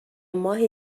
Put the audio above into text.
ماه